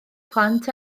plant